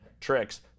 tricks